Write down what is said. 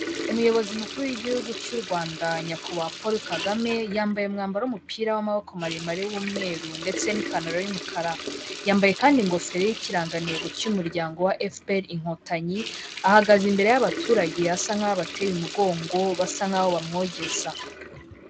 Umuyobozi mukuru w'igihugu cy'u Rwanda nyakubahwa Paul Kagame, yambaye umwambaro w'umupira w'amaboko maremare w'umweru ndetse n'ipantaro y'umukara, yambaye kandi ingofero y'ikirangantego cy'umuryango wa FPR Inkotanyi, ahagaze imbere y'abaturage asa nkaho abateye umugongo, basa nkaho bamwogeza.